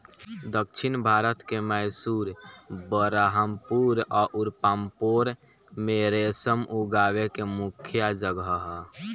दक्षिण भारत के मैसूर, बरहामपुर अउर पांपोर में रेशम उगावे के मुख्या जगह ह